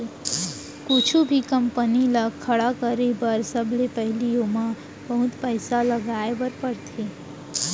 कुछु भी कंपनी ल खड़ा करे बर सबले पहिली ओमा बहुत पइसा लगाए बर परथे